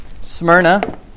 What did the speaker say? Smyrna